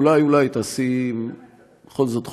אולי, אולי, תעשי בכל זאת חושבים.